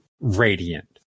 radiant